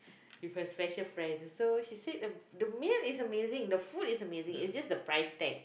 with her special friend so she said the the meal is amazing the food is amazing it's just the price tag